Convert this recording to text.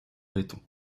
béton